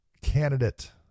candidate